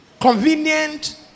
convenient